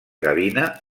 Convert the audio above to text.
gavina